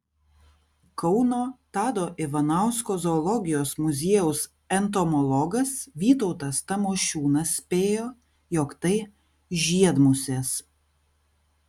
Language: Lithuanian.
kauno tado ivanausko zoologijos muziejaus entomologas vytautas tamošiūnas spėjo jog tai žiedmusės